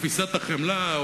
בתפיסת החמלה,